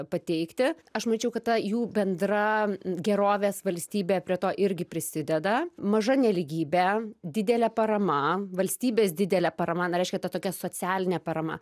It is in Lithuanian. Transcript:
pateikti aš mačiau kad ta jų bendra gerovės valstybė prie to irgi prisideda maža nelygybė didelė parama valstybės didelė parama na reiškia ta tokia socialinė parama